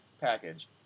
package